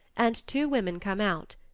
and two women come out,